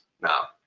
Now